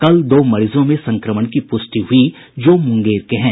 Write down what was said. कल दो मरीजों में संक्रमण की प्रष्टि हुई जो मुंगेर के हैं